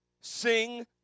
Sing